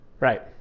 Right